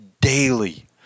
daily